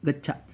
गच्छ